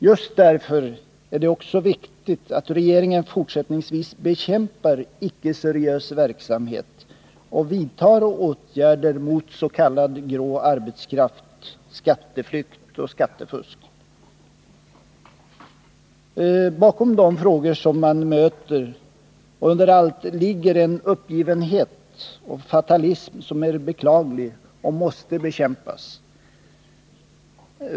Just därför är det också viktigt att regeringen fortsättningsvis bekämpar icke seriös verksamhet och vidtar åtgärder mot s.k. grå arbetskraft, mot skatteflykt och skattefusk. Bakom de frågor man möter ligger en uppgivenhet och en fatalism som är beklaglig och måste bekämpas.